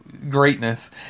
greatness